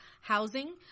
housing